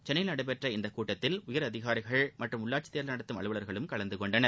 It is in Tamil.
சென்னையில் நடைபெற்ற இந்த கூட்டத்தில் உயர் அதிகாரிகள் மற்றும் உள்ளாட்சி தேர்தல் நடத்தும் அலுவலர்களும் கலந்துகொண்டனர்